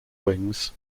wings